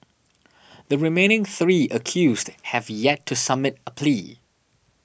the remaining three accused have yet to submit a plea